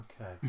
Okay